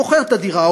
מוכר את הדירה,